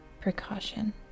precaution